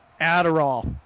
Adderall